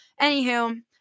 Anywho